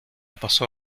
pasó